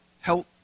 help